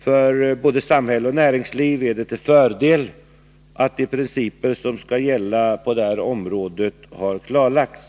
För både samhälle och näringsliv är det till fördel att de principer som skall gälla på detta område har klarlagts.